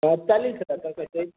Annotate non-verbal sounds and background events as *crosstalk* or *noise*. चालेल सर *unintelligible*